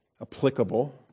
applicable